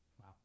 Wow